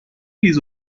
ریز